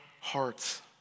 hearts